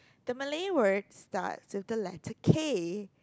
the Malay word starts with the letter K